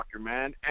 man